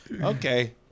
Okay